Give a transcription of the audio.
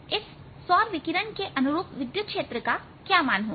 इस सौर विकिरण के अनुरूप विद्युत क्षेत्र का क्या मान होगा